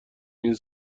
این